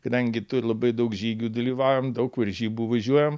kadangi tu labai daug žygių dalyvaujam daug varžybų važiuojam